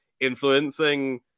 influencing